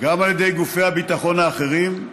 גם על ידי גופי הביטחון האחרים.